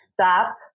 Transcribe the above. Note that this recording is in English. stop